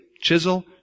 chisel